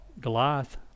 Goliath